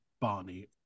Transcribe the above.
barney